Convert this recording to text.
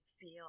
feel